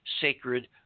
sacred